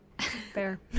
Fair